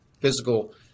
physical